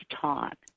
taught